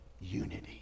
Unity